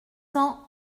cents